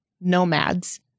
nomads